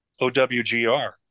OWGR